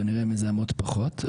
וכנראה מזהמות פחות,